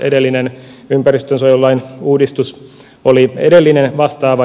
edellinen ympäristönsuojelulain uudistus oli edellinen vastaava